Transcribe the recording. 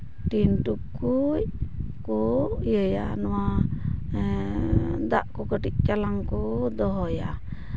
ᱴᱤᱱ ᱴᱩᱠᱩᱪ ᱠᱚ ᱤᱭᱟᱹᱭᱟ ᱱᱚᱶᱟ ᱫᱟᱜ ᱠᱚ ᱠᱟᱹᱴᱤᱪ ᱪᱟᱞᱟᱝ ᱠᱚ ᱫᱚᱦᱚᱭᱟ